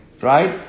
right